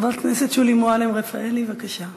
חברת הכנסת שולי מועלם-רפאלי, בבקשה.